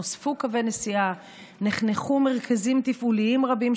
נוספו קווי נסיעה ונחנכו מרכזיים תפעוליים רבים,